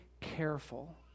careful